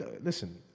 Listen